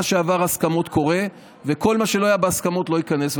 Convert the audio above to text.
שעבר הסכמות קורה וכל מה שלא היה בהסכמות לא ייכנס.